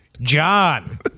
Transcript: John